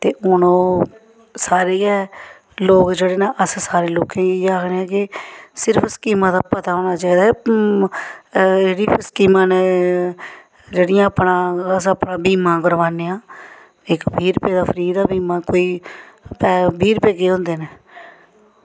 ते हून ओह् सारे गै लोग जेह्ड़े न अस सारें लोकें गी इ'यै आखने कि सिर्फ स्कीमां दा पता होना चाहिदा एह्बी स्कीमां न जेह्ड़ा अस अपना बीमा कराने आं इक बाह् रपेऽ दा बीमा फ्री कोई बीह् रपेऽ केह् होंदे न